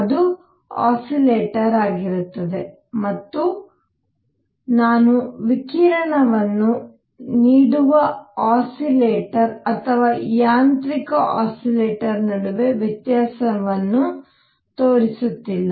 ಅದು ಆಸಿಲೆಟರ್ ಆಗಿರುತ್ತದೆ ಮತ್ತು ನಾನು ವಿಕಿರಣವನ್ನು ನೀಡುವ ಆಸಿಲೆಟರ್ ಅಥವಾ ಯಾಂತ್ರಿಕ ಆಸಿಲೆಟರ್ ನಡುವೆ ವ್ಯತ್ಯಾಸವನ್ನು ತೋರಿಸುತ್ತಿಲ್ಲ